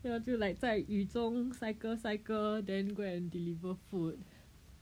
then 我就 like 在雨中 cycle cycle then go and deliver food